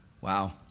Wow